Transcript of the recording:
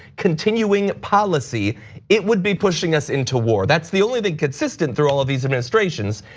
continuing policy it would be pushing us into war. that's the only thing consistent through all of these administrations,